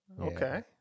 okay